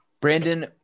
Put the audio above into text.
Brandon